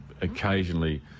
occasionally